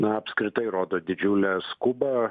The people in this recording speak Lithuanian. na apskritai rodo didžiulę skubą